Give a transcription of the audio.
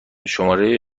شماره